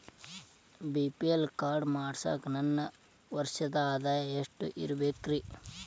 BPL card ಮಾಡ್ಸಾಕ ನನ್ನ ವರ್ಷದ್ ಆದಾಯ ಎಷ್ಟ ಇರಬೇಕ್ರಿ?